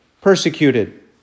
Persecuted